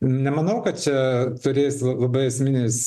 nemanau kad čia turės la labai esminės